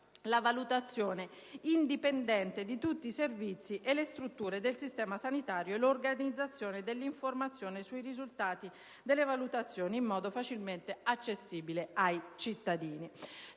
la valutazione indipendente di tutti i servizi e delle strutture del sistema sanitario, nonché l'organizzazione dell'informazione sui risultati delle valutazioni in modo facilmente accessibile ai cittadini.